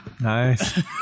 Nice